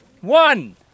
one